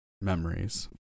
Memories